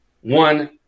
one